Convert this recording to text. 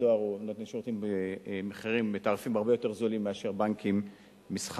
הדואר נותן שירותים בתעריפים הרבה יותר זולים מאשר בנקים מסחריים,